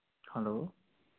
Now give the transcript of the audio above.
hello